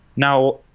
now,